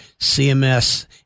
CMS